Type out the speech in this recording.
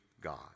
God